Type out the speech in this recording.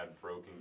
broken –